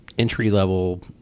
Entry-level